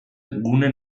gune